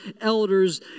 elders